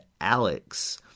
Alex